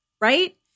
Right